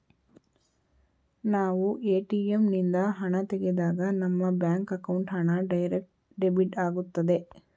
ನಾವು ಎ.ಟಿ.ಎಂ ನಿಂದ ಹಣ ತೆಗೆದಾಗ ನಮ್ಮ ಬ್ಯಾಂಕ್ ಅಕೌಂಟ್ ಹಣ ಡೈರೆಕ್ಟ್ ಡೆಬಿಟ್ ಆಗುತ್ತದೆ